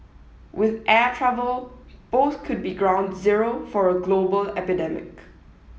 with air travel both could be ground zero for a global epidemic